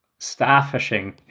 starfishing